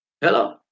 Hello